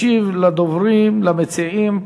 ישיב לדוברים, למציעים,